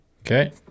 Okay